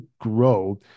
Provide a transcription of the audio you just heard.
grow